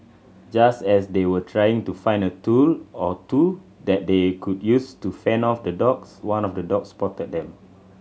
just as they were trying to find a tool or two that they could use to fend off the dogs one of the dogs spotted them